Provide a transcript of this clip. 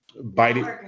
biting